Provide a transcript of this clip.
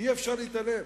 אי-אפשר להתעלם